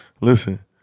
listen